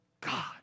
God